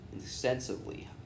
extensively